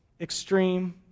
Extreme